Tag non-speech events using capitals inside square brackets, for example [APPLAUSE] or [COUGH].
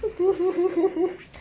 [LAUGHS]